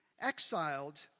exiled